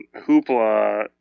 Hoopla